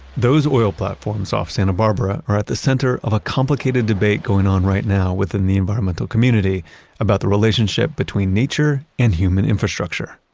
those oil platforms off santa barbara are at the center of a complicated debate going on right now within the environmental community about the relationship between nature and human infrastructure.